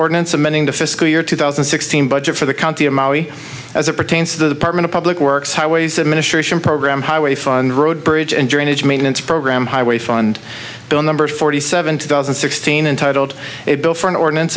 ordinance amending the fiscal year two thousand and sixteen budget for the county amount as it pertains to the department of public works highways administration program highway fund road bridge and drainage maintenance program highway fund bill numbers forty seven thousand and sixteen untitled a bill for an ordinance